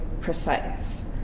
precise